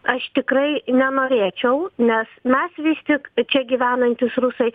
aš tikrai nenorėčiau nes mes vis tik čia gyvenantys rusai